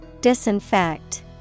Disinfect